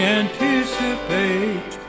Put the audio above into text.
anticipate